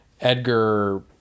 Edgar